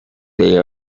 they